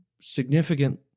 significant